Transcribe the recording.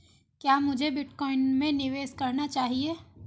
क्या मुझे बिटकॉइन में निवेश करना चाहिए?